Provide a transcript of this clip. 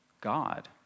God